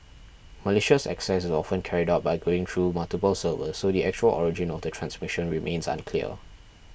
malicious access is often carried out by going through multiple servers so the actual origin of the transmission remains unclear